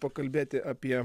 pakalbėti apie